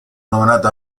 nominato